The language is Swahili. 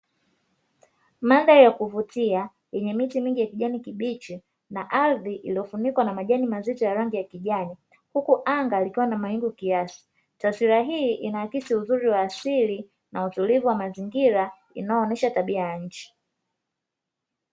Mandhari ya kuvutia yenye miti mingi ya kijani kibichi na ardhi iliyofunikwa na majani mazito ya rangi ya kijani huku anga likiwa na mawingu kiasi. Taswira hii inaakisi uzuri wa asili na utulivu wa mazingira inayoonyesha tabia ya nchi.